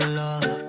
love